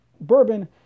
bourbon